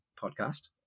podcast